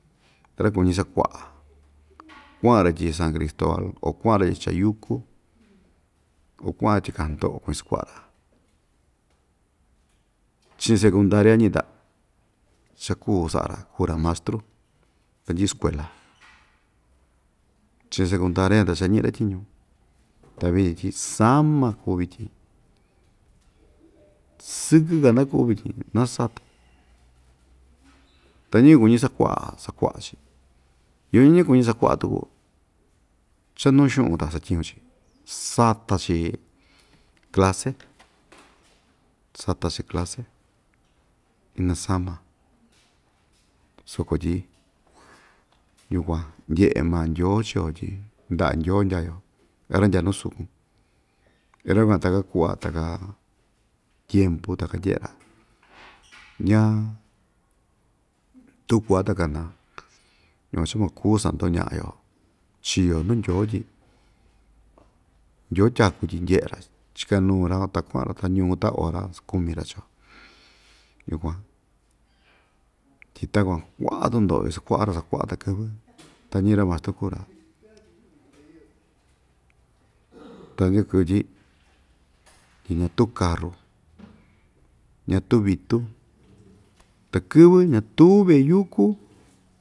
Ra kuñi sakuaꞌa kuaꞌan‑ra ityi san cristobal o kuaꞌan‑ra ityi chayuku o kuaꞌa‑ra ityi kahandoꞌo kuñi sakuaꞌa‑ra chiꞌin secundaria‑ñi ta chakuu saꞌa‑ra kuu‑ra mastru randɨꞌɨ skuela chiꞌin sekundaria ta cha iñiꞌi‑ra tyiñu ta vityin tyi sama kuu vityin sɨkɨ‑ka nakuu vityin nasata ta ñiyɨvɨ kuñi sakuaꞌa sakuaꞌa‑chi iyo ñiyɨvɨ kuñi sakuaꞌa tuku chaa nuu xuꞌun ta satyiñu‑chi sata‑chi clase sata‑chi clase inasama soko tyi yukuan ndyeꞌe maa ndyoo chio tyi ndaꞌa ndyoo ndyaa‑yo ra‑ndya nuu sukun ra yukuan taka kuaꞌa taka tyempu taka ndyeꞌe‑ra ñaa tuu kuaꞌa ta kanaa yukuan cha maa kuu sandoñaꞌa‑yo chio nuu ndyoo tyi ndyoo tyaku tyi ndyeꞌe‑ra chikanuu‑ra van ta kuaꞌa‑ra ta ñuu ta ora sakumi‑ra chiio yukuan tyi takuan kuaꞌa tundoꞌo isakuaꞌa ra sakuaꞌa takɨ́vɨ́ ta ñiꞌi‑ra mastru kuu‑ra ta ndya kɨvɨ tyi ñatuu karu ñatuu vitu takɨ́vɨ́ ñatuu veꞌe yuku.